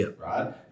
right